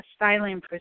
asylum